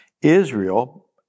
Israel